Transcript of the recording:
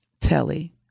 Telly